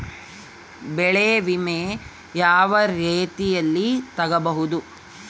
ಬೆಳೆ ವಿಮೆ ಯಾವ ರೇತಿಯಲ್ಲಿ ತಗಬಹುದು?